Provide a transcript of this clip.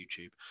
YouTube